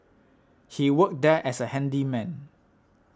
he worked there as a handyman